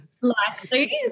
Likely